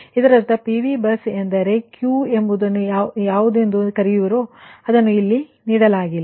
ಇದರರ್ಥ PV bus ಎಂದರೆ ನೀವು Q ಎಂದು ಯಾವುದನ್ನು ಕರೆಯುವಿರೋ ಆ Q ನೀಡಲಾಗಿಲ್ಲ ಅದನ್ನು ನೀವು ಕಂಡುಹಿಡಿಯಬೇಕು